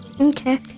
okay